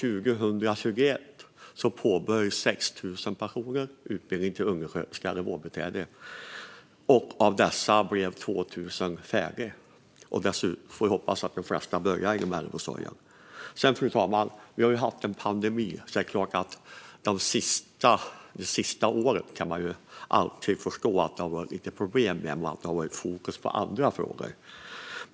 År 2021 påbörjade 6 000 personer utbildning till undersköterska eller vårdbiträde. Av dessa har 2 000 blivit färdiga. Vi får hoppas att de flesta börjar inom äldreomsorgen. Fru talman! Vi har haft en pandemi, och man kan förstå att det har varit lite problem i och med att det har varit fokus på andra frågor.